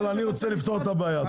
רוצה לפתור את הבעיה הזו.